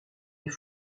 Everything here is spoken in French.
les